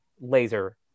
laser